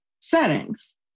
settings